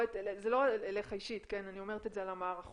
זה לא אליך אישית, אני אומרת את זה על המערכות,